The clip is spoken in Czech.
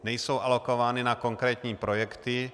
Nejsou alokovány na konkrétní projekty.